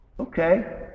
Okay